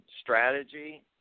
strategy